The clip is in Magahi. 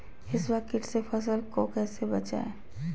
हिसबा किट से फसल को कैसे बचाए?